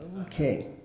Okay